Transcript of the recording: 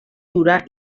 dura